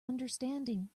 understanding